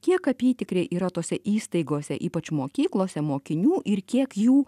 kiek apytikriai yra tose įstaigose ypač mokyklose mokinių ir kiek jų